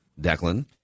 Declan